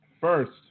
first